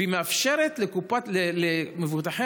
והיא מאפשרת למבוטחיה,